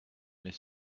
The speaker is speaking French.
mais